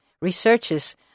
researches